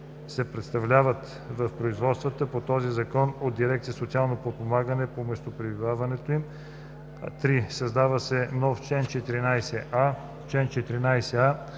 се представляват в производствата по този закон от дирекция „Социално подпомагане“ по местопребиваването им.“ 3. Създава се нов чл. 14а: „Чл. 14а.